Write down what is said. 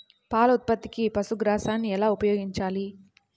పాల ఉత్పత్తికి పశుగ్రాసాన్ని ఎలా ఉపయోగించాలి?